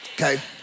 Okay